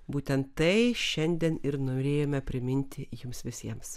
būtent tai šiandien ir norėjome priminti jums visiems